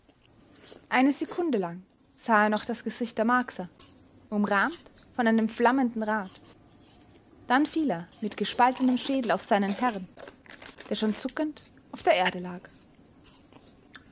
eine sekunde lang sah er noch das gesicht der marcsa umrahmt von einem flammenden rad dann fiel er mit gespaltenem schädel auf seinen herrn der schon zuckend auf der erde lag